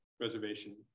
Reservation